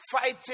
Fighting